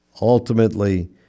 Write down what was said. Ultimately